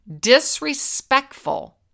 disrespectful